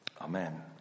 Amen